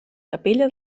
capella